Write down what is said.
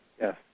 Yes